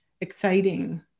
exciting